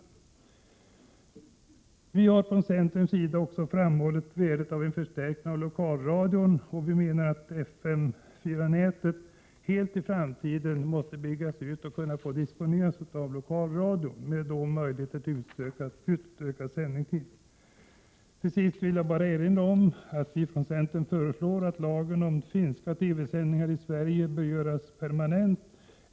Från centerns sida har vi också framhållit värdet av en förstärkning av lokalradion, och vi menar att FM 4-nätet måste byggas ut och i framtiden helt få disponeras av lokalradion, med möjlighet till utökad sändningstid: Till sist vill jag bara erinra om att vi från centern föreslår att lagen om finska TV-sändningar i Sverige görs permanent.